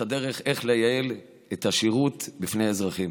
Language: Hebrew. הדרך איך לייעל את השירות בפני האזרחים.